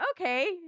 okay